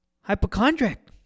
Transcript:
hypochondriac